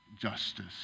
justice